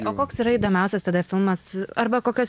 o koks yra įdomiausias tada filmas arba kokias